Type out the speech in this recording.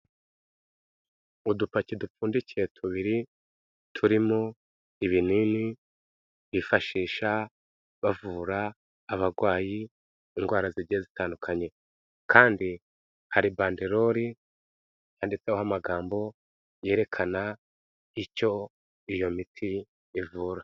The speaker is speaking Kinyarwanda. Udupaki dupfundikiye tubiri turimo ibinini bifashisha bavura abarwayi indwara zigiye zitandukanye. Kandi hari bandelori handitseho amagambo yerekana icyo iyo miti ivura.